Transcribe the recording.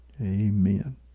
Amen